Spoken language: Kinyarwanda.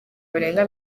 barenga